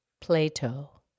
Plato